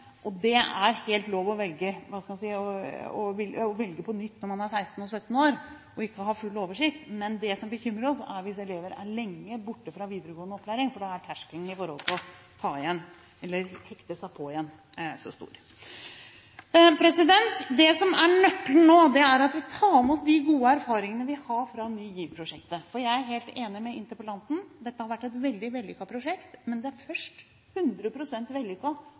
å begynne på nytt igjen. Det er lov å velge på nytt når man er 16–17 år og ikke har full oversikt. Men det som bekymrer oss, er hvis elever er lenge borte fra videregående opplæring, for da er terskelen for å hekte seg på igjen så stor. Det som er nøkkelen nå, er at vi tar med oss de gode erfaringene vi har fra Ny GIV-prosjektet. Jeg er helt enig med interpellanten i at dette har vært et veldig vellykket prosjekt, men det er først